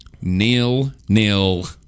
nil-nil